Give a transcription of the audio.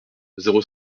zéro